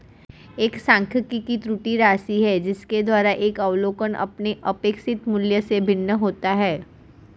एक सांख्यिकी त्रुटि राशि है जिसके द्वारा एक अवलोकन अपने अपेक्षित मूल्य से भिन्न होता है